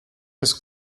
his